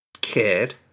kid